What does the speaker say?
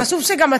כן.